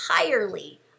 entirely